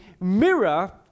mirror